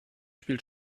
spielt